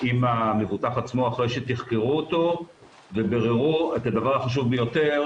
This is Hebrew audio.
עם המבוטח עצמו אחרי שתחקרו אותו וביררו את הדבר החשוב ביותר,